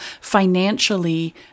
financially